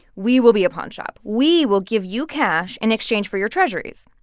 we will be a pawnshop. we will give you cash in exchange for your treasurys.